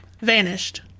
vanished